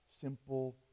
simple